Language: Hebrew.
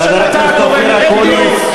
אין דיור,